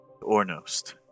Ornost